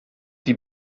die